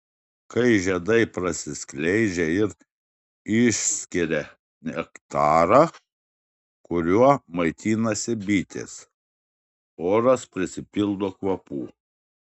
kai žiedai prasiskleidžia ir išskiria nektarą kuriuo maitinasi bitės oras prisipildo kvapų